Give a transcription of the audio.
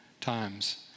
times